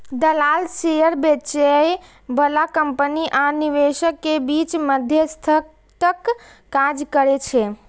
दलाल शेयर बेचय बला कंपनी आ निवेशक के बीच मध्यस्थक काज करै छै